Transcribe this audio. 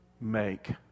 make